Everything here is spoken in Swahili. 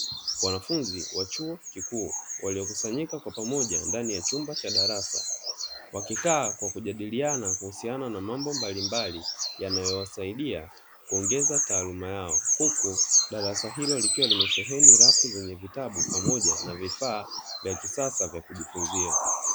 Wanafunzi wa chuo kikuu waliokusanyika kwa pamoja ndani ya chumba cha darasa, wakikaa kwa kujadiliana juu ya mambo mbalimbali yanayowasaidia kuongeza taaluma yao, huku darasa hilo likiwa limesheheni rafu zenye vitabu pamoja na vifaa vya kisasa vya kujifunzia.